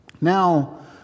Now